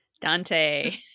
Dante